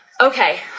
okay